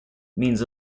means